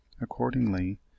Accordingly